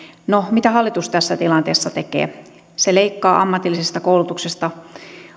no mitä hallitus tässä tilanteessa tekee se leikkaa ammatillisesta koulutuksesta